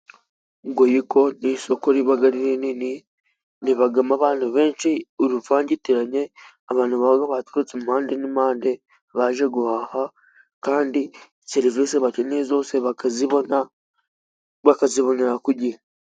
Goyiko ni isoko riba ari rinini, ribamo abantu benshi, uruvangitirane, abantu baba baturutse impande n'impande baje guhaha, kandi serivise bacyeneye zose bakazibona, bakazibonera ku gihe.